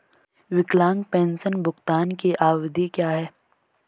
विकलांग पेंशन भुगतान की अवधि क्या है?